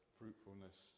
fruitfulness